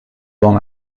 dans